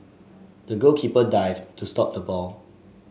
the goalkeeper dived to stop the ball